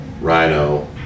rhino